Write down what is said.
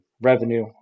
revenue